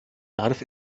darf